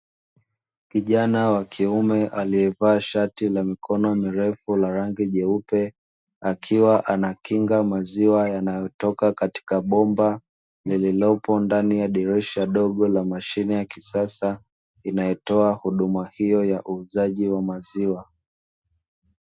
Kijana wa kiume alievaa shati la mikono mirefu la rangi jeupe, akiwa anakinga maziwa yanayotoka katika bomba lililopo ndani ya dirisha dogo la mashine ya kisasa inayotoa huduma hiyo ya uuzaji wa maziwa.